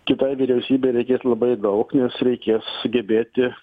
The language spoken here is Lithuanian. kitai vyriausybei reikės labai daug nes reikės sugebėti